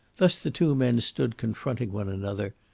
thus the two men stood confronting one another,